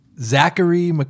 Zachary